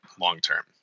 long-term